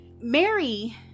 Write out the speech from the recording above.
Mary